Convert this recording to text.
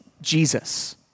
Jesus